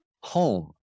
home